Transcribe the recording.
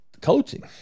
Coaching